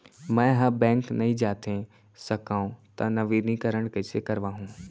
मैं ह बैंक नई जाथे सकंव त नवीनीकरण कइसे करवाहू?